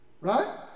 right